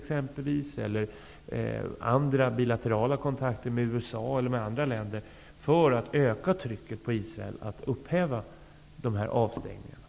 Sker det andra bilaterala kontakter med USA eller andra länder för att öka trycket på Israel att upphäva avstängningarna?